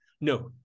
No